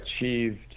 achieved